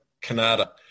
Canada